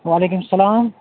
وعلیکُم سَلام